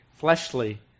fleshly